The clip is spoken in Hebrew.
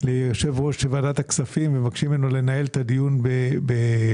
ליושב ראש ועדת הכספים ומבקשים ממנו לנהל את הדיון בלשכתו.